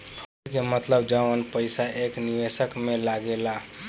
fund के मतलब जवन पईसा एक निवेशक में लागेला